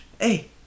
Hey